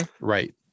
Right